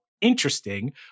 interesting